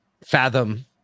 fathom